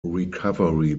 recovery